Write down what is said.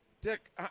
Dick